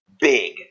big